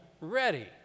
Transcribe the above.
ready